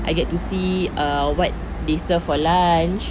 I get to see uh what they serve for lunch